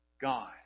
God